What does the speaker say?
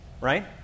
right